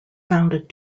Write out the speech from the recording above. founded